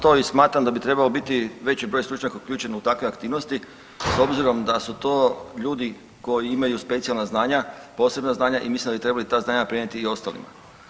Da, spomenuo sam to i smatram da bi trebao biti veći broj stručnjaka uključen u takve aktivnosti s obzirom da su to ljudi koji imaju specijalna znanja, posebna znanja i mislim da bi trebali ta znanja prenijeti i ostalima.